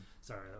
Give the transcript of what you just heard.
Sorry